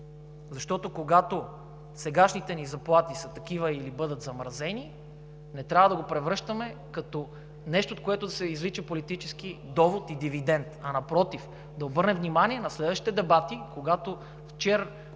Защото, когато сегашните ни заплати са такива или бъдат замразени, не трябва да го превръщаме като нещо, от което да се извлича политически довод и дивидент, а напротив, да обърнем внимание на следващите дебати, когато вчера